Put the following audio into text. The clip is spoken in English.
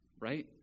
right